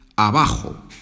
Abajo